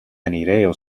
enirejo